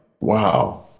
wow